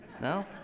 No